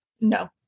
no